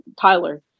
Tyler